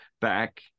back